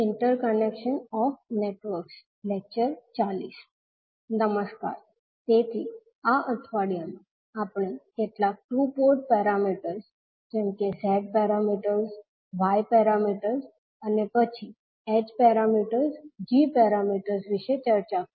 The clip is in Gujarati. નમસ્કાર તેથી આ અઠવાડિયામાં આપણે કેટલાક ટુ પોર્ટ પેરામીટર્સ જેમકે Z પેરામીટર્સ Y પેરામીટર્સ અને પછી h પેરામીટર્સ g પેરામીટર્સ વિશે ચર્ચા કરી